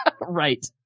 Right